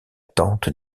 tente